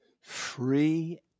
free